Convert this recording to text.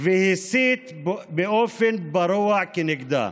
והסית באופן פרוע כנגדה.